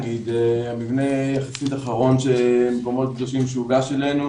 מבנה יחסית אחרון של מקומות הקדושים שהוגש לנו,